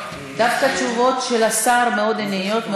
דווקא התשובות של השר מאוד ענייניות,